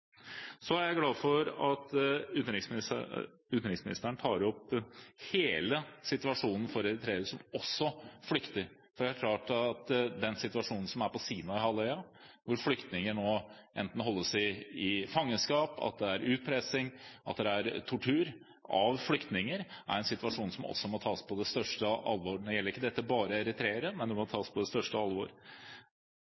Så er jeg glad for at utenriksministeren tar opp hele situasjonen for eritreere som også flykter. Det er klart at den situasjonen som er på Sinaihalvøya, hvor flyktninger nå holdes i fangenskap og utsettes for utpressing og tortur, må tas på det største alvor. Nå gjelder ikke dette bare eritreere, men dette må tas på det største alvor, som det